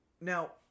Now